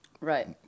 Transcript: right